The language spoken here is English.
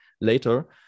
later